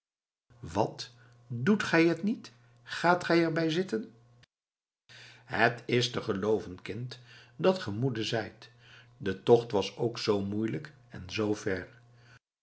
wat doet gij het niet gaat gij er bij zitten het is te gelooven kind dat ge moede zijt de tocht was ook zoo moeielijk en zoo